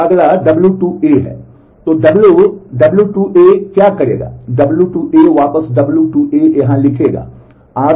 फिर अगला w2 है